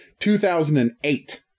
2008